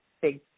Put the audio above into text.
big